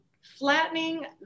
flattening